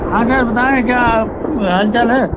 हाँ सर बताएँ क्या हाल चाल है